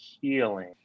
Healing